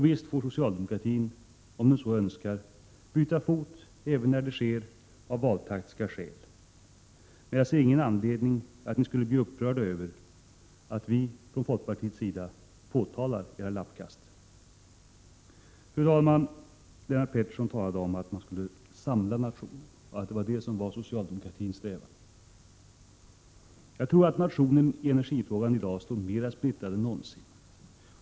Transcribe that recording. Visst får socialdemokraterna, om de så önskar, byta fot, även när det sker av valtaktiska skäl, men jag ser ingen anledning att bli upprörd över att vi från folkpartiets sida påtalar era lappkast. Fru talman! Lennart Pettersson talade om att socialdemokraternas strävan skulle vara att samla nationen. Jag tror att nationen i energifrågan i dag står mera splittrad än någonsin.